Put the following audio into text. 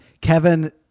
Kevin